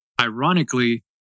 ironically